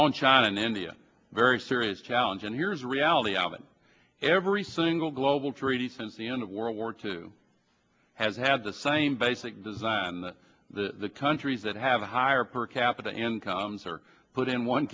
on china and india very serious challenge and here's the reality of it every single global treaty since the end of world war two has had the same basic design that the countries that have a higher per capita incomes are put in one